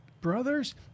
brothers